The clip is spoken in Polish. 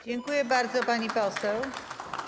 Dziękuję bardzo, pani poseł.